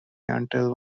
until